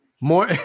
more